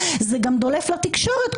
זה גם דולף לתקשורת,